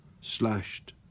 slashed